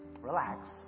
relax